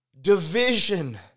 division